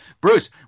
Bruce